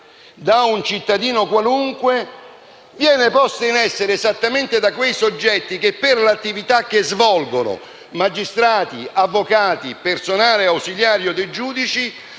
da un cittadino qualunque, vengano commessi esattamente da quei soggetti che, per l'attività che svolgono (magistrati, avvocati, personale ausiliario dei giudici),